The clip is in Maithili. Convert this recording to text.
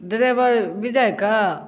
ड्राइवर विजयके